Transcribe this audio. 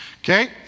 Okay